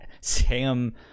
Sam